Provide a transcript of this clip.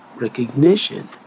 recognition